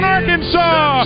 Arkansas